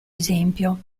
esempio